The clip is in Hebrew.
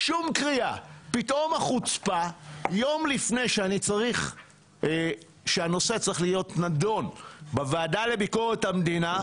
פתאום החוצפה יום לפני שהנושא צריך להיות נדון בוועדה לביקורת המדינה,